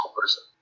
person